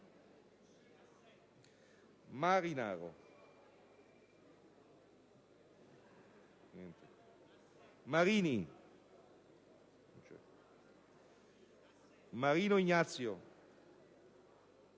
Marinaro, Marini, Marino Ignazio,